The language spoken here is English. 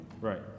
Right